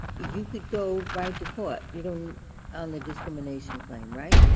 you could go right to court. you don't on the discrimination claim, right?